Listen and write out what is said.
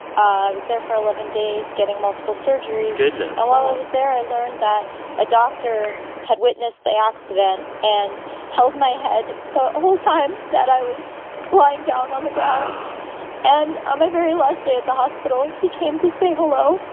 i was there for eleven days getting multiple surgeries. and while i was there, i learned that a doctor had witnessed the accident and held my head the whole time that i was lying down on the ground wow and on ah my very last day at the hospital, he came to say hello.